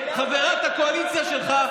חברת הקואליציה שלך,